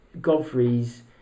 Godfrey's